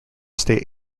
state